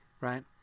right